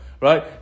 Right